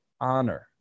honor